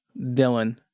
Dylan